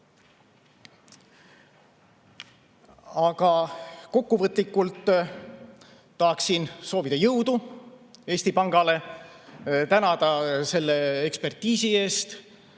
Aga kokkuvõtlikult tahaksin soovida jõudu Eesti Pangale ja tänada selle ekspertiisi eest.